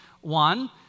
one